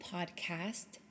Podcast